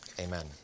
Amen